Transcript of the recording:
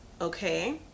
okay